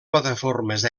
plataformes